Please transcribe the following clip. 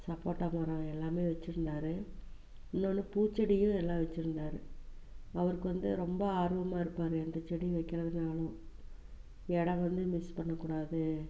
சப்போட்டா மரம் எல்லாம் வச்சுருந்தார் இன்னொன்று பூச்செடியும் எல்லாம் வச்சுருந்தார் அவருக்கு வந்து ரொம்ப ஆர்வமாக இருப்பார் எந்த செடி வைக்கிறதுன்னாலும் இடம் வந்து மிஸ் பண்ணக்கூடாது